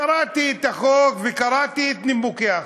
קראתי את החוק וקראתי את נימוקי החוק.